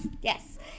yes